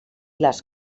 les